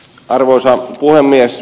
arvoisa puhemies